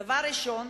דבר ראשון,